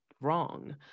wrong